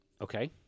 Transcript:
okay